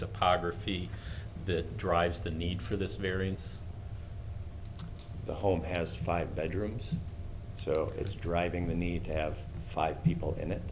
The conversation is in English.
topography that drives the need for this variance the home has five bedrooms so it's driving the need to have five people in it